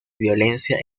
violencia